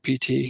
PT